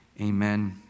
Amen